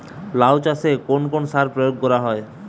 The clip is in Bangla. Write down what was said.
লাউ চাষে কোন কোন সার প্রয়োগ করা হয়?